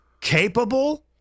capable